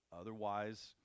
otherwise